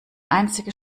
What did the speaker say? einzige